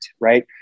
right